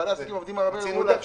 בעלי עסקים עובדים הרבה --- רצינו